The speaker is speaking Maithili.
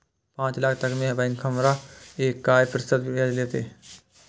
पाँच लाख तक में बैंक हमरा से काय प्रतिशत ब्याज लेते?